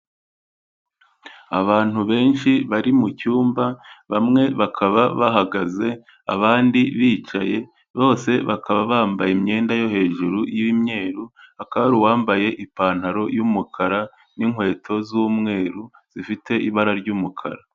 Abantu benshi bari mu cyumba, bamwe bakaba bahagaze, abandi bicaye, bose bakaba bambaye imyenda yo hejuru y'umweru, hakaba hari uwambaye ipantaro y'umukara n'inkweto z'umweru zifite ibara ry'umukara.